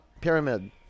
Pyramid